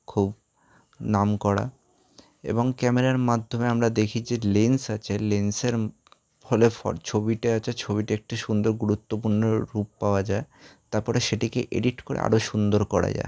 খুব নামকরা এবং ক্যামেরার মাধ্যমে আমরা দেখি যে লেন্স আছে লেন্সের ফলে ফর ছবিটা আছে ছবিটা একটি সুন্দর গুরুত্বপূর্ণ রূপ পাওয়া যায় তার পরে সেটিকে এডিট করে আরও সুন্দর করা যায়